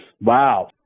Wow